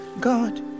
God